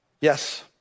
Yes